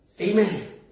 Amen